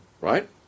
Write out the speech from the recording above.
Right